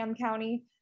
County